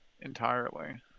entirely